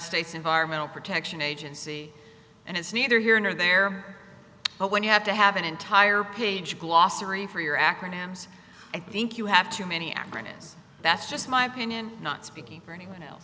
states environmental protection agency and it's neither here nor there but when you have to have an entire page glossary for your acronyms i think you have too many acronyms that's just my opinion not speaking for anyone else